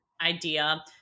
idea